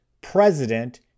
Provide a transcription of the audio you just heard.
President